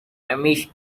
amish